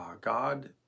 God